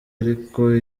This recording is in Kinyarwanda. ariko